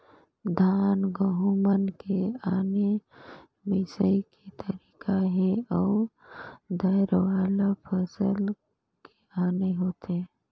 धान, गहूँ मन के आने मिंसई के तरीका हे अउ दायर वाला फसल के आने होथे